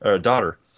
daughter